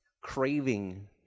craving